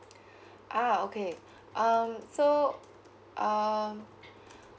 ah okay um so um